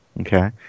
Okay